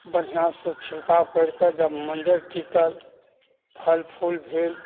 बढ़िआँ सँ छिलका ओकड़ि कऽ जब मञ्जर टिकल फल फूल भेल